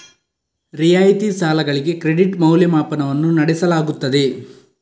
ರಿಯಾಯಿತಿ ಸಾಲಗಳಿಗೆ ಕ್ರೆಡಿಟ್ ಮೌಲ್ಯಮಾಪನವನ್ನು ನಡೆಸಲಾಗುತ್ತದೆ